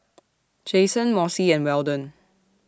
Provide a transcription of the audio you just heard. Jason Mossie and Weldon